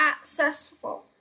accessible